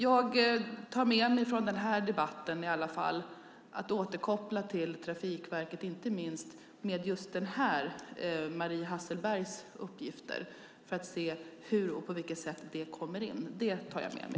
Jag tar med mig från den här debatten att till Trafikverket återkoppla inte minst Marie Hasselbergs uppgifter, för att se på vilket sätt de kommer in. Det tar jag med mig.